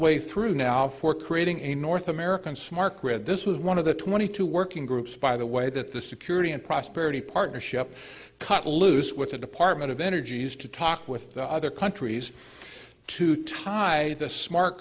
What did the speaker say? way through now for creating a north american smart grid this was one of the twenty two working groups by the way that the security and prosperity partnership cut loose with the department of energy used to talk with the other countries to tie the smart